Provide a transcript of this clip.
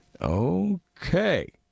Okay